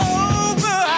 over